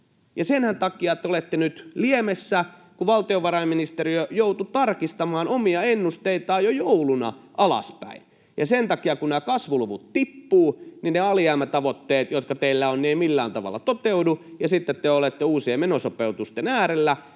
Senhän takia te olette nyt liemessä, kun valtiovarainministeriö joutui tarkistamaan omia ennusteitaan jo jouluna alaspäin. Ja sen takia, kun nämä kasvuluvut tippuvat, ne alijäämätavoitteet, jotka teillä on, eivät millään tavalla toteudu, ja sitten te olette uusien menosopeutusten äärellä.